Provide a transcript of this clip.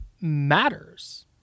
matters